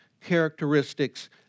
characteristics